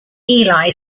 eli